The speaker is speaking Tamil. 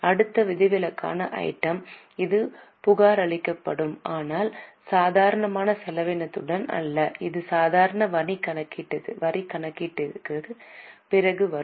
அடுத்தது விதிவிலக்கான ஐட்டம் இது புகாரளிக்கப்படும் ஆனால் சாதாரண செலவினத்துடன் அல்ல இது சாதாரண வரி கணக்கீட்டிற்குப் பிறகு வரும்